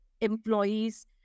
employees